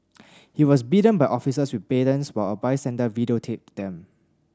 he was beaten by officers with batons while a bystander videotaped them